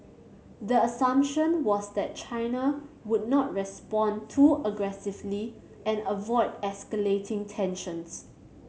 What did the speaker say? the assumption was that China would not respond too aggressively and avoid escalating tensions